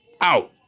Out